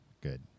Good